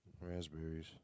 Raspberries